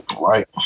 right